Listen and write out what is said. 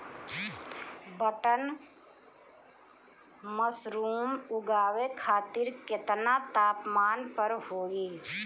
Button mushroom उगावे खातिर केतना तापमान पर होई?